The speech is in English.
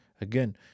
Again